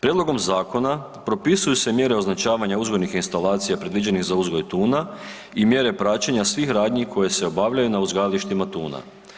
Prijedlogom zakona propisuju se mjere označavanja uzgojnih instalacija predviđenih za uzgoj tuna i mjere praćenja svih radnji koje se obavljaju na uzgajalištima tuna.